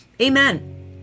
amen